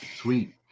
sweet